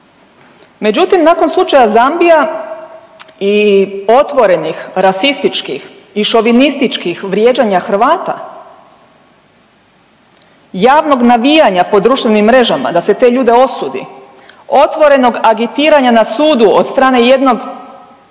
međutim nakon slučaja Zambija i otvorenih rasističkih i šovinističkih vrijeđanja Hrvata, javnog navijanja po društvenim mrežama da se te ljude osudi, otvorenog agitiranja na sudu od strane jednog